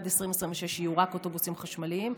עד 2026 יהיו רק אוטובוסים חשמליים,